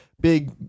big